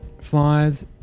flies